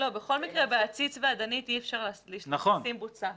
בכל מקרה, בעציץ ובאדנית אי אפשר לשים בוצה.